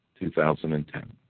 2010